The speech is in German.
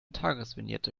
tagesvignette